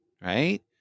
right